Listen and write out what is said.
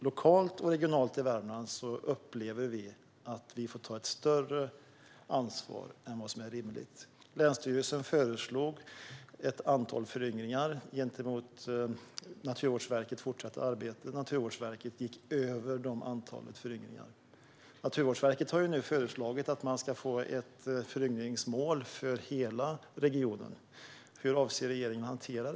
Lokalt och regionalt i Värmland upplever vi att vi får ta ett större ansvar än vad som är rimligt. Länsstyrelsen föreslog ett antal föryngringar gentemot Naturvårdsverkets fortsatta arbete, och Naturvårdsverket gick över det antalet föryngringar. Naturvårdsverket har nu föreslagit att man ska få ett föryngringsmål för hela regionen. Hur avser regeringen att hantera det?